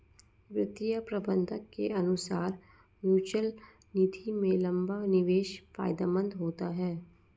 वित्तीय प्रबंधक के अनुसार म्यूचअल निधि में लंबा निवेश फायदेमंद होता है